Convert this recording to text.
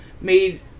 made